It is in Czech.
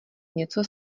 něco